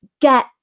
get